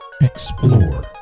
Explore